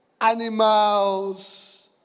animals